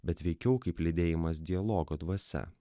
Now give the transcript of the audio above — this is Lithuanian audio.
bet veikiau kaip lydėjimas dialogo dvasia